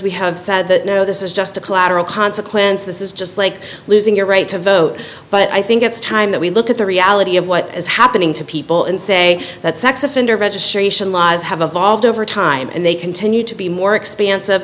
we have said that no this is just the collateral consequences is just like losing your right to vote but i think it's time that we look at the reality of what is happening to people and say that sex offender registration laws have a vault over time and they continue to be more expansive